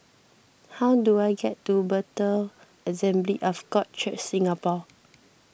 how do I get to Bethel Assembly of God Church Singapore